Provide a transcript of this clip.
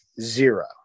zero